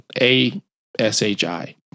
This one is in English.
A-S-H-I